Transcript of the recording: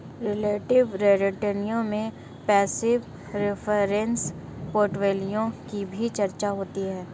relative return में passive reference portfolio की भी चर्चा होती है